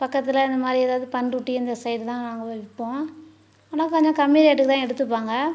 பக்கத்தில் இந்த மாதிரி எதாவது பண்ரூட்டி அந்த சைடுதான் நாங்கள் விற்போம் ஆனால் கொஞ்சம் கம்மி ரேட்டுக்குதான் எடுத்துப்பாங்க